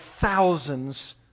thousands